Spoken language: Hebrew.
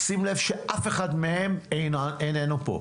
שים לב שאף אחד מהם איננו פה.